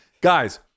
guys